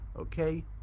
Okay